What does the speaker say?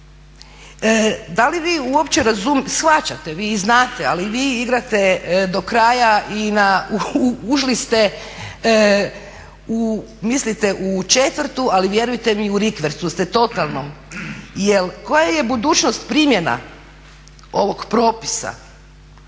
Da li vi uopće razumijete, shvaćate, vi i znate ali vi igrate do kraja i ušli ste u, mislite u 4 ali vjerujte u rikvercu ste totalnom. Jel koja je budućnost primjena ovog propisa